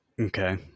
Okay